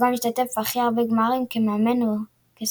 והוא גם השתתף בהכי הרבה גמרים כמאמן או כשחקן.